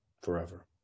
forever